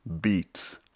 beats